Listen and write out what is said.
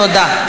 תודה.